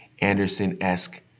Anderson-esque